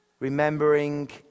Remembering